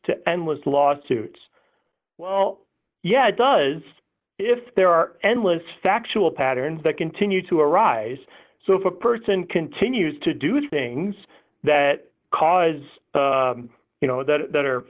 to endless lawsuits well yeah it does if there are endless factual patterns that continue to arise so if a person continues to do things that cause you know that